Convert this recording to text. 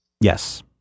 Yes